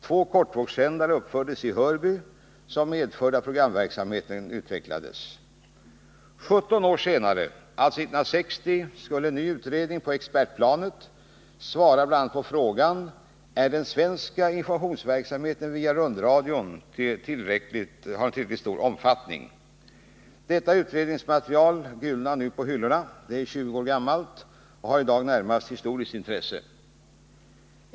Två kortvågssändare uppfördes i Hörby, vilket medförde att programverksamheten utvecklades. 17 år senare — alltså 1960 — skulle en ny utredning på expertplanet svara bl.a. på frågan: Är den svenska informationsverksamheten via rundradion av tillräckligt stor omfattning? Utredningsmaterialet gulnar nu på hyllorna; det är 20 år gammalt och har i dag närmast historiskt intresse.